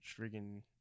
freaking